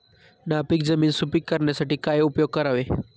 नापीक जमीन सुपीक करण्यासाठी काय उपयोग करावे?